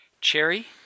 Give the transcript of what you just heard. Cherry